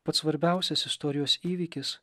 pats svarbiausias istorijos įvykis